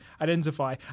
identify